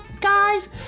guys